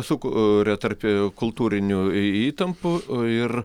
sukuria tarpkultūrinių įtampų ir